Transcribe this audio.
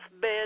bed